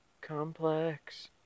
complex